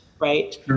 right